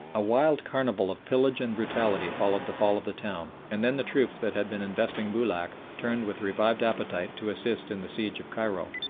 a wild carnival of pillage and brutality followed the fall of the town, and then the troops that had been investing boulac turned with revived appetite to assist in the siege of cairo.